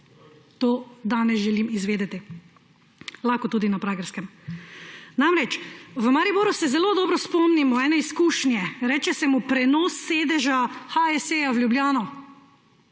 To danes želim izvedeti. Lahko tudi na Pragerskem. Namreč, v Mariboru se zelo dobro spomnimo ene izkušnje, reče se mu prenos sedeža HSE v Ljubljano.